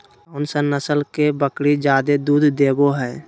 कौन सा नस्ल के बकरी जादे दूध देबो हइ?